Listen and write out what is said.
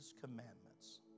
commandments